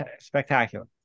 spectacular